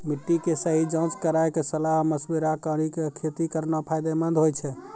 मिट्टी के सही जांच कराय क सलाह मशविरा कारी कॅ खेती करना फायदेमंद होय छै